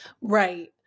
Right